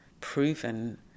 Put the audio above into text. proven